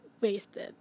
wasted